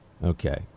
Okay